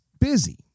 busy